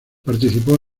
participó